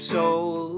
soul